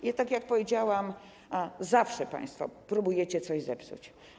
I tak jak powiedziałam, zawsze państwo próbujecie coś zepsuć.